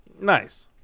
Nice